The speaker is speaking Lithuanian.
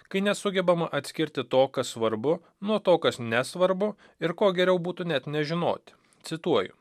kai nesugebama atskirti to kas svarbu nuo to kas nesvarbu ir ko geriau būtų net nežinoti cituoju